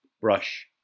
brush